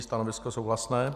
Stanovisko souhlasné.